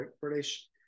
British